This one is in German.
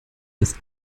des